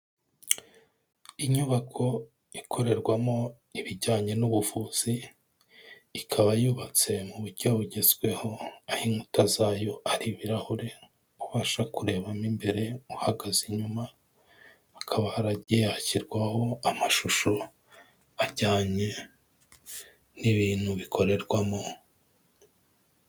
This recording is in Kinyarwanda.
Inyubako ikorerwamo ibijyanye n'ubuvuzi, ikaba yubatse mu buryo bugezweho, aho inkuta zayo ari ibirahure, ubasha kurebamo imbere uhagaze inyuma, hakaba haragiye hashyirwaho amashusho ajyanye n'ibintu bikorerwamo...